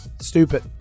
stupid